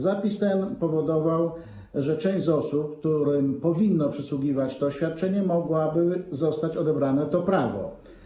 Zapis ten powodował, że części osób, którym powinno przysługiwać to świadczenie, mogłoby zostać odebrane to prawo.